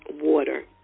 water